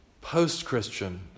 post-Christian